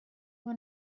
one